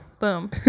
boom